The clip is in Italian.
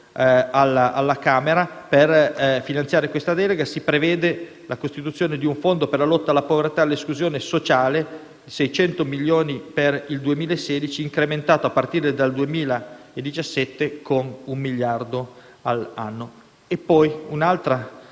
deputati. Per finanziare questa delega si prevede la costituzione di un fondo per la lotta alla povertà e all'esclusione sociale di 600 milioni di euro per il 2016, incrementato, a partire dal 2017, con un miliardo all'anno. Vi è, poi, un'altra